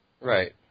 Right